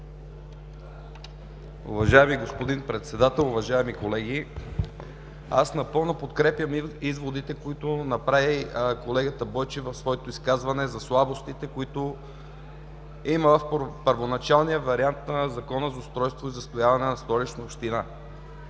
Уважаеми господин Председател, уважаеми колеги! Аз напълно подкрепям изводите, които направи колегата Бойчев в своето изказване за слабостите, които има в първоначалния вариант на Закона за устройството и застрояването на Столична община.